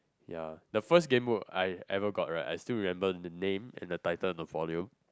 ya the first Gamebook I ever got right I still remember the name and the title of the volume